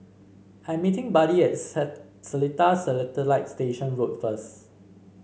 I'm meeting Buddy at Seletar Satellite Station Road first